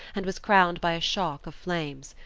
and was crowned by a shock of flames,